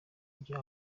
bya